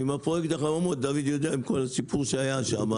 עם פרויקט החממות דוד יודע על כל הסיפור שקרה שם,